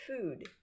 food